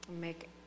Make